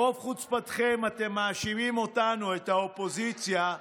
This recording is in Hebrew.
ברוב חוצפתכם אתם מאשימים אותנו, את האופוזיציה,